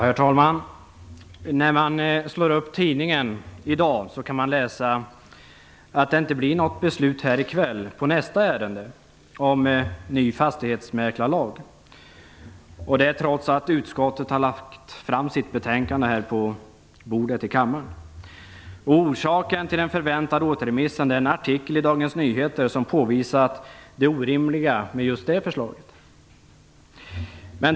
Herr talman! När man slår upp tidningen i dag kan man läsa att det inte blir något beslut här i kväll vad gäller nästa ärende på föredragningslistan, det om en ny fastighetsmäklarlag - detta trots att utskottets betänkande är färdigt och finns framlagt på bänkarna här i kammaren. Orsaken till den förväntade återremissen är en artikel i Dagens Nyheter som påvisar det orimliga i just det förslaget.